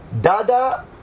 Dada